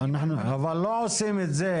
אבל לא עושים את זה.